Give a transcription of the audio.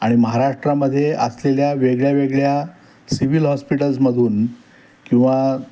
आणि महाराष्ट्रामध्ये असलेल्या वेगळ्या वेगळ्या सिविल हॉस्पिटल्समधून किंवा